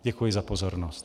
Děkuji za pozornost.